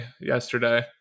yesterday